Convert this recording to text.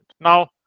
now